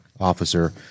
officer